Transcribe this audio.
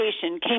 came